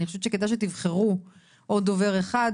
אני חושבת שכדאי שתבחרו עוד דובר אחד,